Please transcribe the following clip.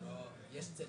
זה לא הלך טוב.